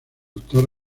actor